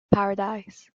paradise